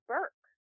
Burke